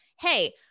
hey